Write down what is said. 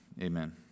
amen